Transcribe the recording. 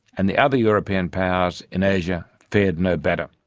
and the other european powers in asia fared no better.